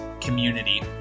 community